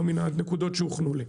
לא מן הנקודות שהוכנו לי,